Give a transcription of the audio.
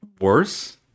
worse